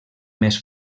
més